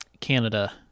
Canada